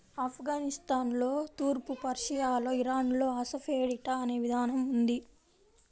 ఆఫ్ఘనిస్తాన్లో, తూర్పు పర్షియాలో, ఇరాన్లో అసఫెటిడా అనే విధానం ఉంది